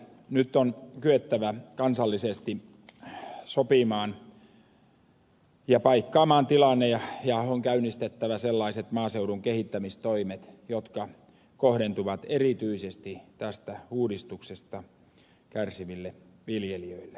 nyt on kyettävä kansallisesti sopimaan ja paikkaamaan tilanne ja on käynnistettävä sellaiset maaseudun kehittämistoimet jotka kohdentuvat erityisesti tästä uudistuksesta kärsiville viljelijöille